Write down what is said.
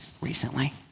recently